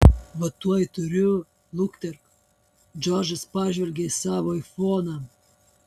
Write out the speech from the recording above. va tuoj turiu luktelk džordžas pažvelgė į savo aifoną